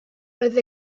roedd